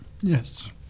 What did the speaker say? yes